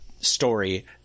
story